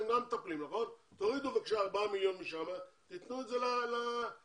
אז תורידו 4 מיליון משם ותתנו את זה למחנות.